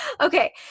Okay